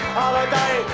holiday